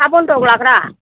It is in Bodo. हा बनदक लाग्रा